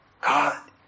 God